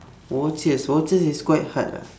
watches watches is quite hard lah